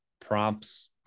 prompts